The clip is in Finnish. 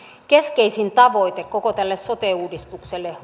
keskeisin tavoite koko tälle sote uudistukselle